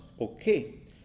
okay